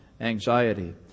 anxiety